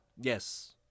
Yes